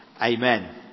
Amen